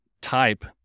type